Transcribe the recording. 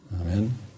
Amen